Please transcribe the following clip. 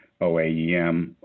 OAEM